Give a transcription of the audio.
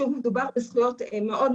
דיברנו על הסעיפים של הגופים הביטחוניים.